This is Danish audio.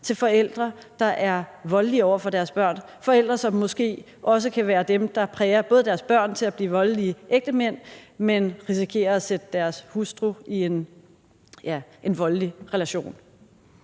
af forældre, der er voldelige over for deres børn, forældre, som måske også kan være dem, der præger deres drengebørn til at blive voldelige ægtemænd, så deres hustruer ender i en voldelig relation.